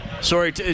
sorry